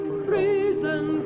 prison